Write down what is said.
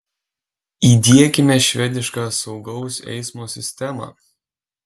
įdiekime švedišką saugaus eismo sistemą